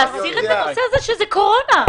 להסיר את העניין הזה, שזה קורונה.